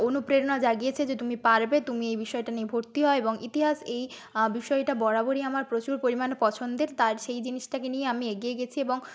অনুপ্রেরণা জাগিয়েছে যে তুমি পারবে তুমি এই বিষয়টা নিয়ে ভর্তি হও এবং ইতিহাস এই বিষয়টা বরাবরই আমার প্রচুর পরিমাণে পছন্দের তার সেই জিনিসটাকে নিয়েই আমি এগিয়ে গেছি এবং